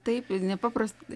taip nepaprastai